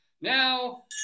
now